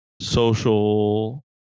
social